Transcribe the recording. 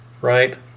right